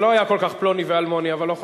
זה לא היה כל כך פלוני ואלמוני, אבל לא חשוב.